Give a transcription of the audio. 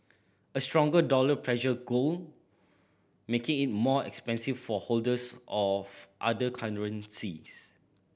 a stronger dollar pressures gold making it more expensive for holders of other currencies